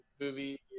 movie